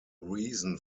reason